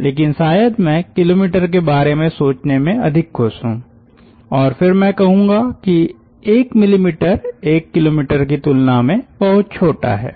लेकिन शायद मैं किलोमीटर के बारे में सोचने में अधिक खुश हूं और फिर मैं कहूंगा कि 1 मिलीमीटर1 किलोमीटर की तुलना में बहुत छोटा है